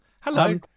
Hello